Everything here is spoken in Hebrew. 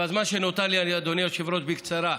בזמן שנותר לי, אדוני היושב-ראש, בקצרה: